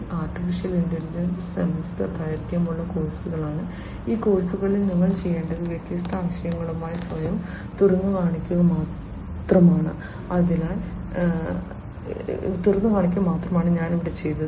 artificial intelligence semester ദൈർഘ്യമുള്ള കോഴ്സുകളാണ് ഈ കോഴ്സിൽ നിങ്ങൾ ചെയ്യേണ്ടത് വ്യത്യസ്ത ആശയങ്ങളുമായി സ്വയം തുറന്നുകാണിക്കുക മാത്രമാണ് അതാണ് ഞാൻ ചെയ്തത്